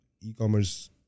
e-commerce